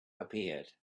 appeared